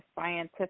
scientific